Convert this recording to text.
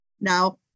Now